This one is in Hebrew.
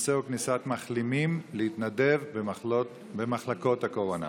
הנושא הוא כניסת מחלימים להתנדב במחלקות הקורונה.